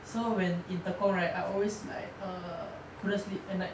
so when in tekong right I always like err couldn't sleep at night